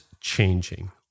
changing